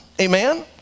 Amen